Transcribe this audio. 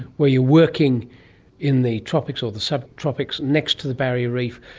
where you're working in the tropics or the sub-tropics next to the barrier reef,